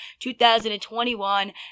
2021